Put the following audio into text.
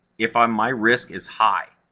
if um my risk is high,